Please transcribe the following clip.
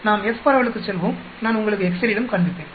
நாம் F பரவலுக்குச் செல்வோம் நான் உங்களுக்கு எக்செலிலும் காண்பிப்பேன்